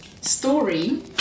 story